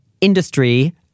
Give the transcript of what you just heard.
industry